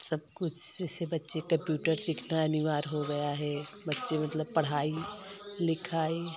सब कुछ इसी से कंप्यूटर सीखना अनिवार्य हो गया है बच्चे मतलब पढ़ाई लिखाई